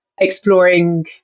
exploring